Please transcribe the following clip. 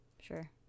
sure